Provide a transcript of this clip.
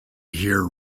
hear